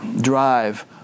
drive